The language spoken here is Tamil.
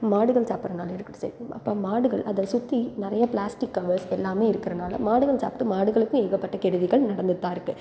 மாடுகள் சாப்பிட்றதுனாலயும் இருக்கட்டும் சரி அப்போ மாடுகள் அதை சுற்றி நிறைய ப்ளாஸ்டிக் கவர்ஸ் எல்லாமே இருக்கறதுனால மாடுகள் சாப்பிட்டு மாடுகளுக்கும் ஏகப்பட்ட கெடுதிகள் நடந்துட்டு தான் இருக்குது